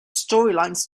storylines